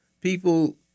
people